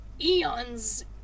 eons